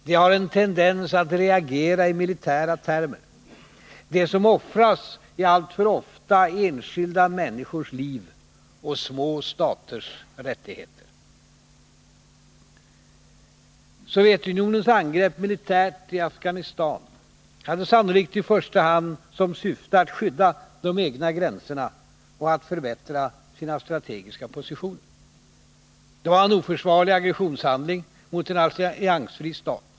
De har en tendens att reagera i militära termer. Det som offras är alltför ofta enskilda människors liv och små staters rättigheter. Sovjetunionens angrepp militärt i Afghanistan hade sannolikt i första hand som syfte att skydda de egna gränserna och att förbättra sina strategiska positioner. Det var en oförsvarlig aggressionshandling mot en alliansfri stat.